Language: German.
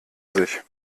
sich